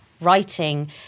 Writing